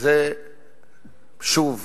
זה שוב